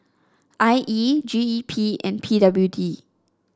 I E G E P and P W D